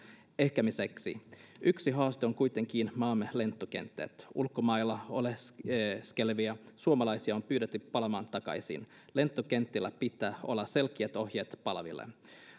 ehkäisemiseksi yksi haaste on kuitenkin maamme lentokentät ulkomailla oleskelevia oleskelevia suomalaisia on pyydetty palaamaan takaisin lentokentillä pitää olla selkeät ohjeet palaaville haluan